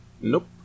Nope